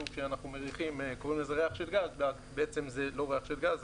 כשאנחנו מריחים קוראים לו ריח של גז בעצם זה לא ריח של גז אלא